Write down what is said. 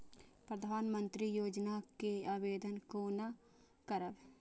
प्रधानमंत्री योजना के आवेदन कोना करब?